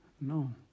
No